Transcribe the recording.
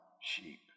sheep